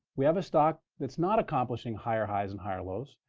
we have a stock that's not accomplishing higher highs and higher lows.